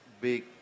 big